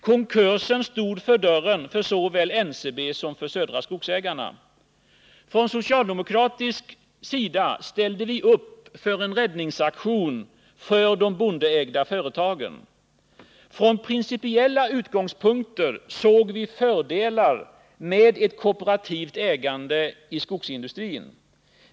Konkursen stod för dörren för såväl NCB som Södra Skogsägarna. Från socialdemokratisk sida ställde vi upp för en räddningsaktion för de bondeägda företagen. Från principiella utgångspunkter såg vi fördelar med ett kooperativt ägande i skogsindustrin.